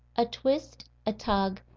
a twist, a tug,